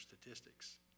statistics